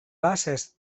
basses